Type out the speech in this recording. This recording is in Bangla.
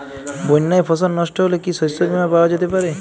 বন্যায় ফসল নস্ট হলে কি শস্য বীমা পাওয়া যেতে পারে?